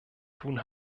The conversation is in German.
tun